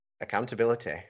accountability